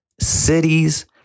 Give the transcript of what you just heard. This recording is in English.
cities